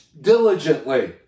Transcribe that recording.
diligently